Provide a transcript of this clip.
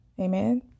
Amen